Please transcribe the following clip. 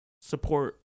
support